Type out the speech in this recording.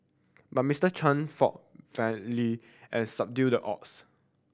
but Mister Chan fought and subdued the odds